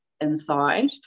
inside